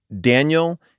Daniel